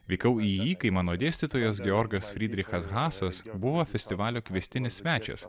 vykau į jį kai mano dėstytojas georgas fridrichas hasas buvo festivalio kviestinis svečias